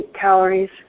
calories